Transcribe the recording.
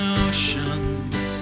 oceans